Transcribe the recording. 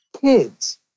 Kids